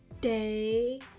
day